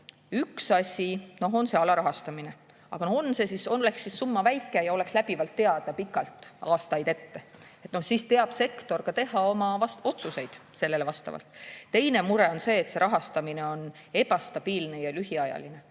Üks asi on see alarahastamine, aga oleks summa väike, kuid oleks teada pikalt, aastaid ette, siis teaks sektor teha oma otsuseid sellele vastavalt. Teine mure on see, et rahastamine on ebastabiilne ja lühiajaline.